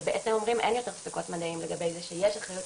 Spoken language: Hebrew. ובעצם אומרים אין יותר ספקות מדעיים לגבי זה שיש משבר,